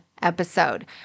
Episode